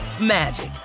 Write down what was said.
magic